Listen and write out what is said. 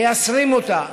מייסרים אותה